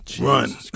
Run